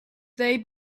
they